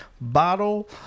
bottle